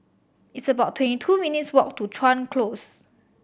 it's about twenty two minutes' walk to Chuan Close